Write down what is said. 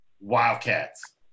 Wildcats